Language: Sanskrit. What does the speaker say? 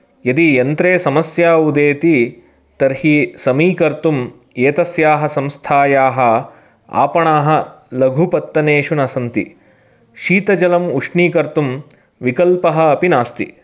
यदि यन्त्रे समस्या उदेति तर्हि समीकर्तुम् एतस्याः संस्थायाः आपणाः लघुपत्तनेषु न सन्ति शीतजलं उष्णीकर्तुं विकल्पः अपि नास्ति